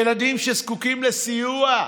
ילדים שזקוקים לסיוע.